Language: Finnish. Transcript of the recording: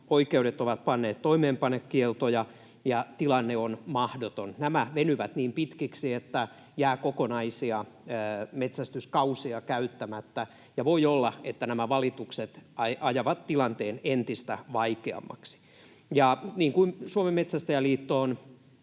oikeudet ovat panneet toimeenpanokieltoja, ja tilanne on mahdoton. Nämä venyvät niin pitkiksi, että jää kokonaisia metsästyskausia käyttämättä, ja voi olla, että nämä valitukset ajavat tilanteen entistä vaikeammaksi. Ja niin kuin Suomen Metsästäjäliitto on